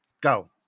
Go